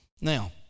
Now